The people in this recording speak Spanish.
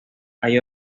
hay